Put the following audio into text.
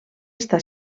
està